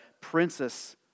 princess